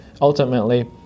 ultimately